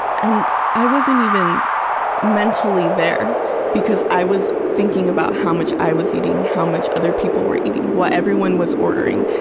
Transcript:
and i wasn't even mentally there because i was thinking about how much i was eating, how much other people were eating, what everyone was ordering.